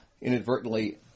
inadvertently